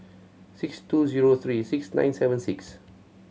six two zero three six nine seven six